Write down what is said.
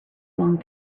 long